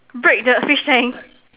break the fish tank